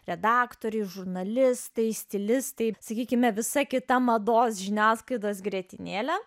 redaktoriai žurnalistai stilistai sakykime visą kitą mados žiniasklaidos grietinėlę